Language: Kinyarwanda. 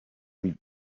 ati